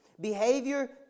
behavior